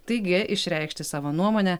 taigi išreikšti savo nuomonę